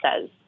says